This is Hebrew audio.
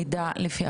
להתראות וחג